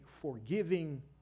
forgiving